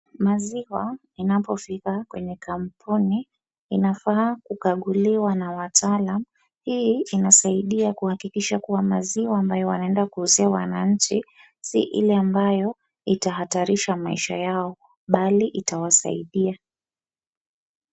Maziwa inapofika kwenye kampuni inafaa kukaguliwa na wataalam. Hii inasaidia kuhakikisha kuwa maziwa ambayo wanaenda kuuzia wananchi si ile ambayo itahatarisha maisha yao bali itawasaidia.